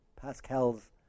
Pascal's